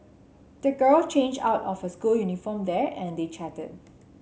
the girl changed out of her school uniform there and they chatted